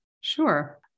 Sure